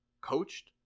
coached